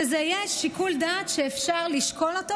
שזה יהיה שיקול דעת שאפשר לשקול אותו,